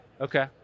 Okay